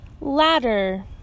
Ladder